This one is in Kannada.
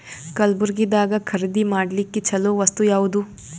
ಕಲಬುರ್ಗಿದಾಗ ಖರೀದಿ ಮಾಡ್ಲಿಕ್ಕಿ ಚಲೋ ವಸ್ತು ಯಾವಾದು?